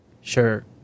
Sure